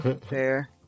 Fair